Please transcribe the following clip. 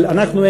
אבל אנחנו,